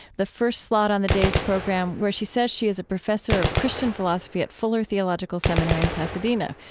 the first slot on the day's program, where she says she is a professor of christian philosophy at fuller theological seminary in pasadena.